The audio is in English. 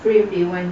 if a want